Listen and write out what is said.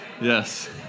Yes